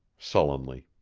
sullenly.